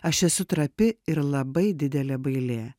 aš esu trapi ir labai didelė bailė